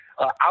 out